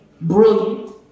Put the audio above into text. brilliant